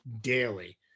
daily